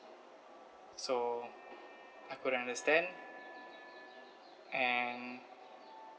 so I couldn't understand and